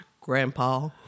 Grandpa